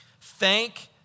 thank